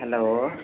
hello